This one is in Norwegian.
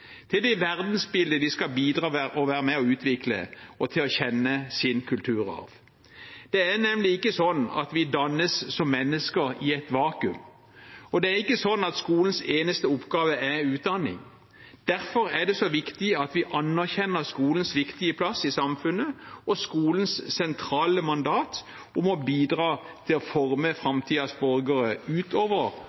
de skal bidra og være med og utvikle, og til å kjenne sin kulturarv. Det er nemlig ikke sånn at vi dannes som mennesker i et vakuum. Det er ikke sånn at skolens eneste oppgave er utdanning. Derfor er det så viktig at vi anerkjenner skolens viktige plass i samfunnet og skolens sentrale mandat om å bidra til å forme framtidens borgere utover